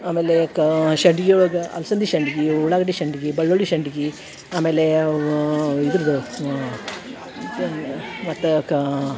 ಆಮೇಲೆ ಕಾ ಸಂಡ್ಗಿ ಒಳಗ ಅಲ್ಸಂದೆ ಸಂಡ್ಗಿ ಉಳ್ಳಾಗಡ್ಡಿ ಸಂಡ್ಗಿ ಬೆಳ್ಳುಳ್ಳಿ ಸಂಡ್ಗಿ ಆಮೇಲೆ ಇದ್ರದ್ದು ಮತ್ತು ಕಾ